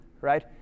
right